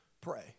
pray